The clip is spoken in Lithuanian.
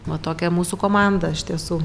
va tokia mūsų komanda iš tiesų